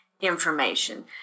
information